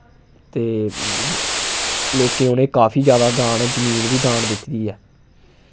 ते लोकें उ'नें काफी ज्यादा दान जमीन बी दान दित्ती दी ऐ